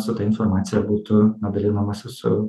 su ta informacija būtų na dalinamasi su